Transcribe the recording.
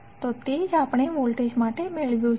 તો તે જ આપણે વોલ્ટેજ માટે મેળવ્યું છે